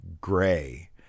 gray